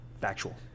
factual